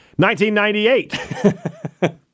1998